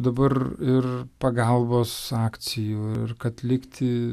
dabar ir pagalbos akcijų ir kad likti